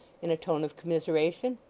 in a tone of commiseration,